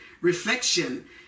reflection